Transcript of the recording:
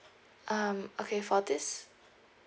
um okay for this